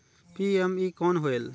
PME कौन होयल?